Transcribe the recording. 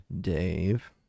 Dave